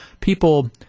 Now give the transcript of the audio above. people –